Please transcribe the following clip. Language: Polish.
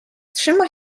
trzyma